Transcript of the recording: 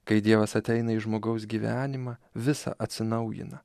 kai dievas ateina į žmogaus gyvenimą visa atsinaujina